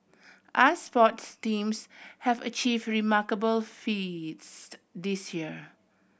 us sports teams have achieve remarkable feats this year